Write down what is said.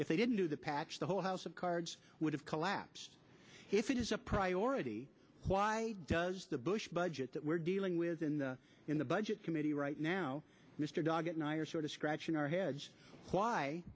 if they didn't do the patch the whole house of cards would have collapsed if it is a priority why does the bush budget that we're dealing with in the budget committee right now mr dog and i are sort of scratching our heads why